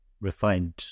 refined